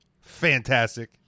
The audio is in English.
fantastic